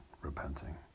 repenting